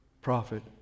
Prophet